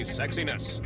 sexiness